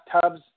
tubs